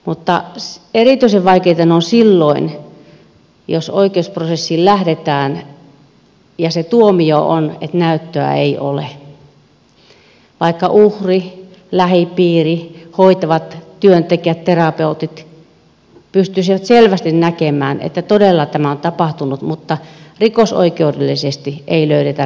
mutta erityisen vaikeita ne ovat silloin jos oikeusprosessiin lähdetään ja se tuomio on että näyttöä ei ole vaikka uhri lähipiiri hoitavat työntekijät terapeutit pystyisivät selvästi näkemään että todella tämä on tapahtunut mutta rikosoikeudellisesti ei löydetä riittävästi näyttöjä